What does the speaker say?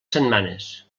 setmanes